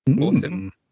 Awesome